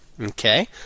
Okay